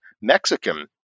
Mexican